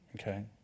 Okay